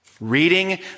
Reading